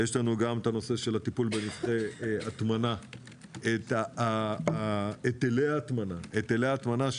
לכאן שייך גם הנושא של הטיפול בהטמנה ושל היטלי ההטמנה שעולים.